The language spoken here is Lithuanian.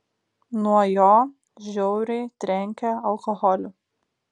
nuo jo žiauriai trenkia alkoholiu